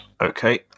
Okay